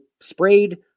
sprayed